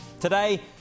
Today